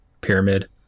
pyramid